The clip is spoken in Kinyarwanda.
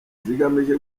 zigamije